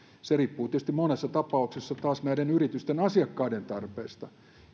se riippuu tietysti monessa tapauksessa taas näiden yritysten asiakkaiden tarpeista